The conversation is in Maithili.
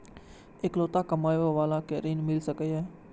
इकलोता कमाबे बाला के ऋण मिल सके ये?